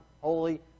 holy